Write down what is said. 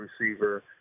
receiver